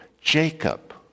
Jacob